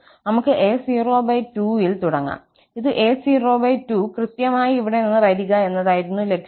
നമുക് a02 ൽ തുടങ്ങാം ഈ a02 കൃത്യമായി ഇവിടെ നിന്ന് വരിക എന്നതായിരുന്നു ലക്ഷ്യം